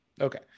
Okay